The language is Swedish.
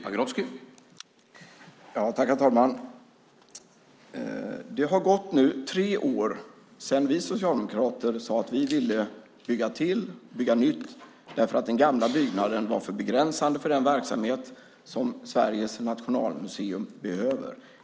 Herr talman! Det har nu gått tre år sedan vi socialdemokrater sade att vi ville bygga till och bygga nytt därför att den gamla byggnaden var för begränsande för den verksamhet som Sveriges nationalmuseum behöver.